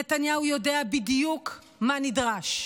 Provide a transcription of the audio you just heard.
נתניהו יודע בדיוק מה נדרש,